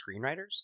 screenwriters